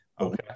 Okay